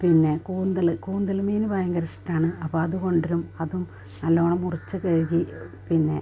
പിന്നെ കൂന്തൾ കൂന്തൾ മീൻ ഭയങ്കര ഇഷ്ടമാണ് അപ്പം അതു കൊണ്ടവരും അതും നല്ലവണ്ണം മുറിച്ചു കഴുകി പിന്നെ